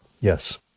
Yes